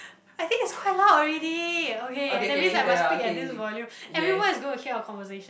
I think it's quite loud already okay that means I must speak at this volume everyone is gonna hear our conversation